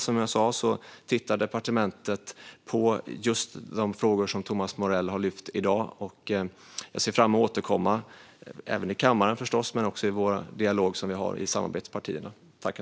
Som jag sa tittar departementet på just de frågor som Thomas Morell har lyft i dag, och jag ser fram emot att återkomma både här i kammaren och i den dialog som vi har i samarbetspartierna.